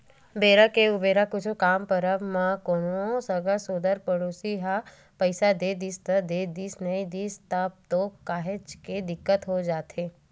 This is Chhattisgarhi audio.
बेरा के उबेरा कुछु काम पड़ब म कोनो संगा सोदर पड़ोसी ह पइसा दे दिस त देदिस नइ दिस तब तो काहेच के दिक्कत हो जाथे